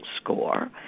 score